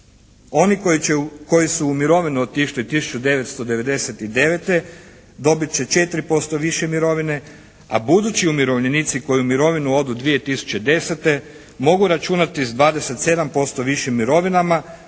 Oni koji su u mirovinu otišli 1999. dobit će 4% više mirovine a budući umirovljenici koji u mirovinu odu 2010. mogu računati s 27% višim mirovinama